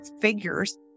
figures